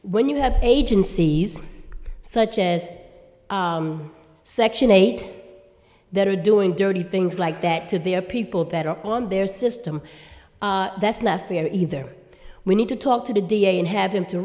when you have agencies such as section eight that are doing dirty things like that to the people that are on their system that's nothing either we need to talk to the d a and have him to